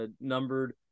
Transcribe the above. numbered